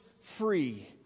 free